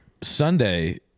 Sunday